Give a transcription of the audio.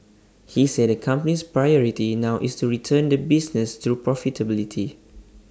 he said the company's priority now is to return the business to profitability